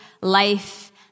life